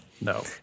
No